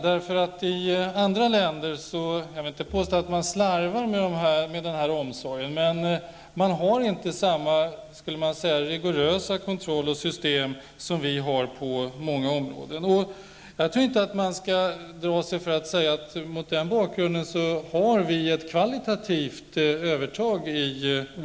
Jag vill inte påstå att man i andra länder slarvar med den här omsorgen, men man har där inte samma rigorösa kontroll och system som vi har på många områden. Jag tycker inte att man skall dra sig för att säga att våra produkter mot den här bakgrunden har ett kvalitativt övertag.